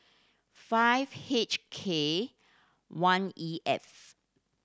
five H K one E F